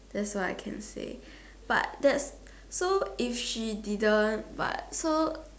that's all I can say but that's so if she's didn't but so